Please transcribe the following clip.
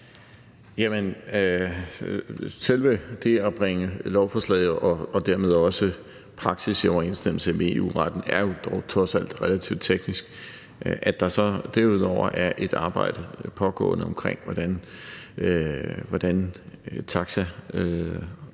Selve det at bringe lovforslaget og dermed også praksis i overensstemmelse med EU-retten er jo dog trods alt relativt teknisk. At der så derudover er et arbejde pågående om, hvordan taxalovgivningen